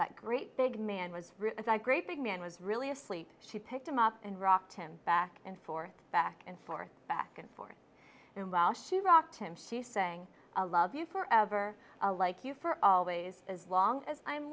that great big man was great big man was really asleep she picked him up and rocked him back and forth back and forth back and forth and while she rocked him she sang a love you forever a like you for always as long as i'm